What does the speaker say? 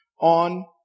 on